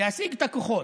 להסיג את הכוחות.